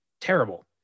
terrible